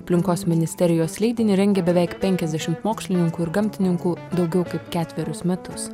aplinkos ministerijos leidinį rengė beveik penkiasdešimt mokslininkų ir gamtininkų daugiau kaip ketverius metus